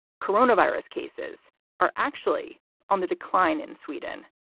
coronavirus cases are actually on the decline in sweden.